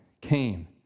Came